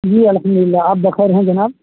جی الحمد للہ آپ بخیر ہیں جناب